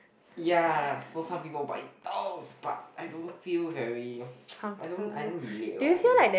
ya for some people buy dolls but I don't feel very I don't I don't relate lor